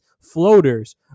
Floaters